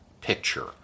picture